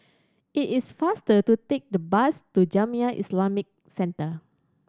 it is faster to take the bus to Jamiyah Islamic Centre